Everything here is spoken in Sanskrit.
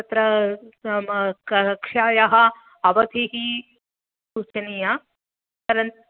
तत्र मम कक्षायाः अवधिः सूचनीया परन्तु